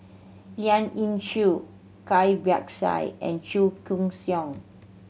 Lien Ying Chow Cai Bixia and Chua Koon Siong